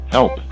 Help